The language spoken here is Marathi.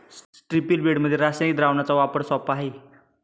स्ट्रिप्टील बेडमध्ये रासायनिक द्रावणाचा वापर सोपा आहे